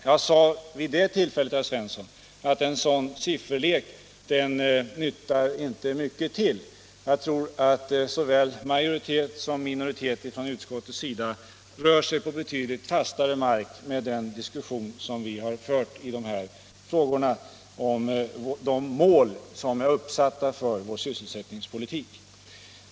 Jag sade redan i december att en sådan sifferlek inte nyttar mycket till. Jag tror att såväl majoriteten som minoriteten inom utskottet rör sig på betydligt fastare mark med den diskussion vi fört i frågan om de mål som är uppsatta för vår sysselsättningspolitik.